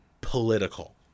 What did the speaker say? political